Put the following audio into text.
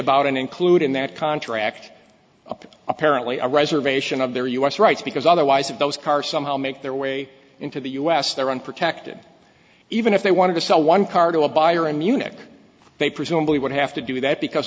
about and include in that contract up apparently a reservation of their u s rights because otherwise if those cars somehow make their way into the u s they're unprotected even if they wanted to sell one car to a buyer in munich they presumably would have to do that because